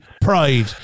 Pride